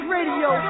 Radio